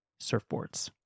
Surfboards